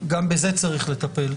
וגם בזה צריך לטפל,